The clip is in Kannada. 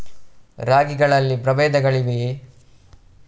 ರಾಗಿಗಳಲ್ಲಿ ಪ್ರಬೇಧಗಳಿವೆಯೇ?